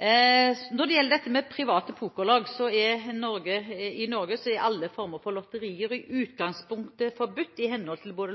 Når det gjelder dette med private pokerlag: I Norge er alle former for lotterier i utgangspunktet forbudt, i henhold til både